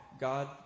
God